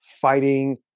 fighting